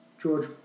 George